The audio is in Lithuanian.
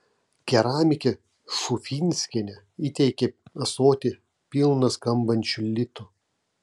keramikė šufinskienė įteikė ąsotį pilną skambančių litų